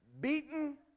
beaten